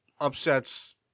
Upsets